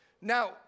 Now